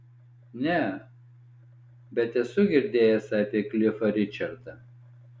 ne bet esu girdėjęs apie klifą ričardą